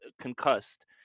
concussed